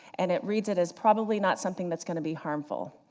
and it reads it as probably not something that's going to be harmful.